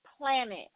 planet